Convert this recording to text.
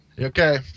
Okay